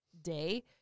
day